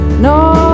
No